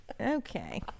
Okay